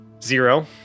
Zero